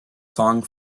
song